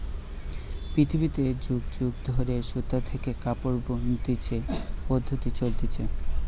পৃথিবীতে যুগ যুগ ধরে সুতা থেকে কাপড় বনতিছে পদ্ধপ্তি চলতিছে